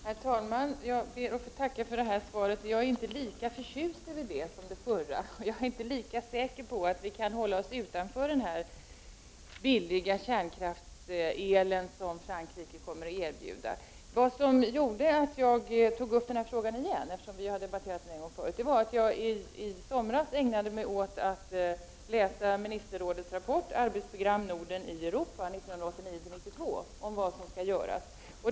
Herr talman! Jag ber att få tacka för svaret. Jag är inte lika förtjust i det som i det förra. Jag är inte lika säker på att vi kan hålla oss utanför marknaden för den billiga kärnkraftsel som Frankrike kommer att erbjuda. Vad som gjorde att jag tog upp frågan igen — vi har ju debatterat den en gång förut — var att jag i somras ägnade mig åt att läsa Nordiska ministerrådets rapport ”Arbetsprogram Norden i Europa 1989-1992” om vad som skall göras.